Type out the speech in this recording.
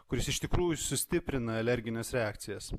kuris iš tikrųjų sustiprina alergines reakcijas